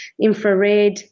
infrared